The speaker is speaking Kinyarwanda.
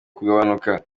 kugabanuka